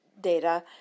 data